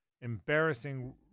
embarrassing